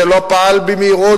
שלא פעל במהירות,